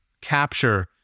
capture